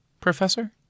professor